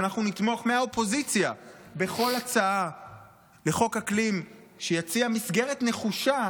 ואנחנו נתמוך מהאופוזיציה בכל הצעה לחוק אקלים שיציע מסגרת נחושה,